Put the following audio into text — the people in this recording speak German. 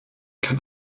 kann